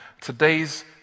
today's